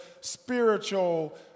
spiritual